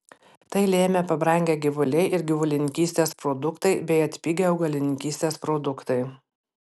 tai lėmė pabrangę gyvuliai ir gyvulininkystės produktai bei atpigę augalininkystės produktai